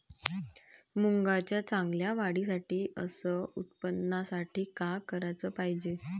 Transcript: मुंगाच्या चांगल्या वाढीसाठी अस उत्पन्नासाठी का कराच पायजे?